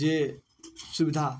जे सुविधा